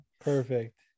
perfect